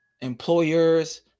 employers